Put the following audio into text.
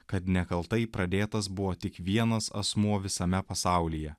kad nekaltai pradėtas buvo tik vienas asmuo visame pasaulyje